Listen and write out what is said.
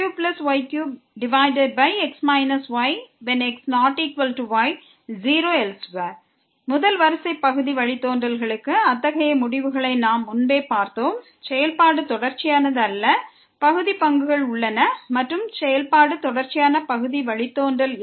fxyx3y3x yx≠y 0elsewhere முதல் வரிசை பகுதி வழித்தோன்றல்களுக்கு அத்தகைய முடிவுகளை நாம் முன்பே பார்த்தோம் செயல்பாடு தொடர்ச்சியானது அல்ல பகுதி பங்குகள் உள்ளன மற்றும் செயல்பாடு தொடர்ச்சியான பகுதி வழித்தோன்றல் இல்லை